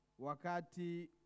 wakati